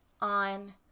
on